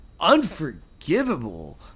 unforgivable